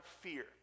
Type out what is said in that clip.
fear